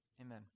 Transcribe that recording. Amen